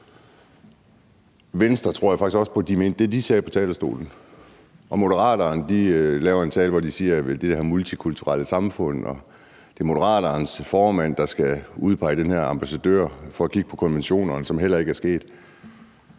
Jeg tror faktisk på, at Venstre mente det, de sagde på talerstolen. Moderaterne holder en tale, hvor de siger, at de vil have multikulturelle samfund, og det er Moderaternes formand, der skal udpege den her ambassadør for at kigge på konventionerne, hvilket heller ikke er sket.